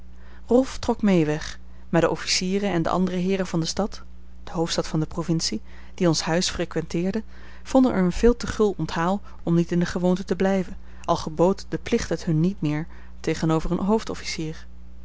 rolf trok mee weg maar de officieren en de andere heeren van de stad de hoofdstad van de provincie die ons huis frequenteerden vonden er een veel te gul onthaal om niet in de gewoonte te blijven al gebood de plicht het hun niet meer tegenover een